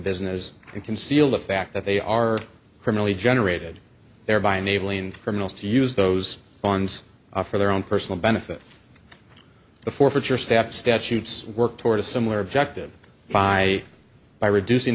business and conceal the fact that they are criminally generated thereby enabling criminals to use those funds for their own personal benefit the forfeiture step statutes work toward a similar objective by by reducing